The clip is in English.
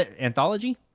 Anthology